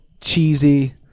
cheesy